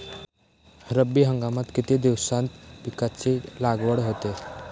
रब्बी हंगामात किती दिवसांत पिकांची लागवड होते?